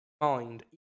Mind